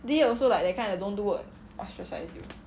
D_A also like that kind of don't do work ostracise you